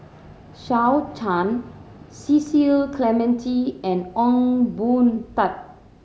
Shao Chan Cecil Clementi and Ong Boon Tat